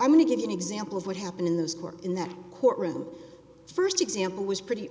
i'm going to give an example of what happened in those court in that courtroom st example was pretty